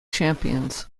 champions